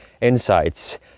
insights